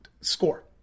score